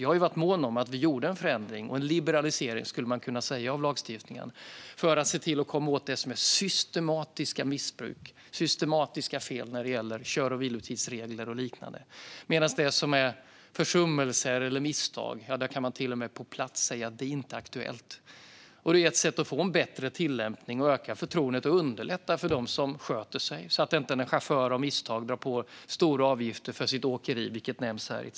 Jag var mån om att vi gjorde en förändring och en liberalisering, skulle man kunna säga, av lagstiftningen för att komma åt systematiskt missbruk och systematiska fel när det gäller kör och vilotidsregler och liknande. Om försummelser eller misstag kan man till och med på plats säga att det inte är aktuellt. Det är ett sätt att få en bättre tillämpning, öka förtroendet och underlätta för dem som sköter sig så att en chaufför inte av misstag drar på sig stora avgifter för sitt åkeri, vilket nämns här.